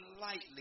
lightly